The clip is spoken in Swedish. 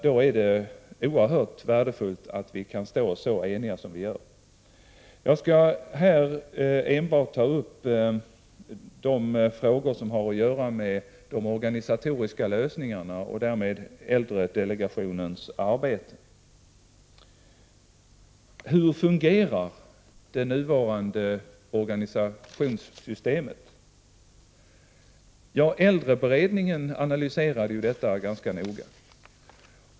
Då är det oerhört värdefullt att vi kan stå så eniga som vi gör. Jag skall här enbart ta upp de frågor som har att göra med de organisatoriska lösningarna och därmed äldredelegationens arbete. Hur fungerar det nuvarande organisationssystemet? Äldreberedningen analyserade detta ganska noga.